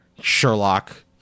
sherlock